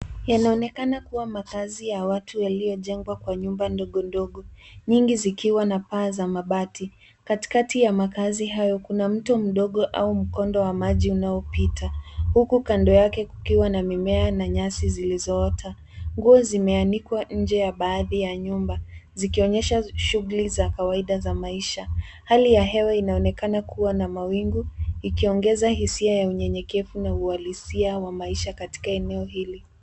Inaonekana kuwa makaazi ya watu waliojengwa kwa nyumba ndogo ndogo, nyingi zikiwa na paa za mabati. Katikati ya makaazi hayo kuna mto mdogo au mkondo wa maji unaopita, huku kando yake kukiwa na mimea na nyasi zilizoota. Nguo zimeanikwa nje ya baadhi ya nyumba, zikionyesha shughuli za kawaida za maisha. Hali ya hewa inaonekana kuwa na mawingu ikiongeza hisia ya unyenyekevu na uhalisia wa maisha katika eneo hili.